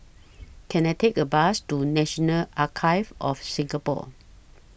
Can I Take A Bus to National Archives of Singapore